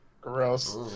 Gross